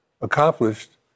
accomplished